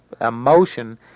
emotion